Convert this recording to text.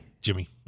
Jimmy